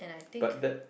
but that